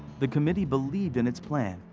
the committee believes in its plan.